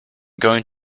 going